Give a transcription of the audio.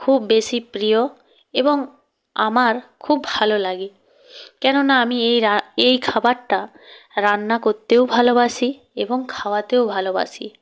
খুব বেশি প্রিয় এবং আমার খুব ভালো লাগে কেননা আমি এই রা এই খাবারটা রান্না করতেও ভালোবাসি এবং খাওয়াতেও ভালোবাসি